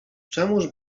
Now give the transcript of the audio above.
czemuż